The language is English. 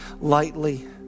lightly